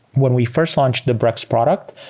when we first launched the brex product,